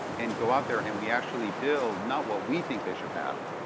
and go out there, and we actually build not what we think they should have,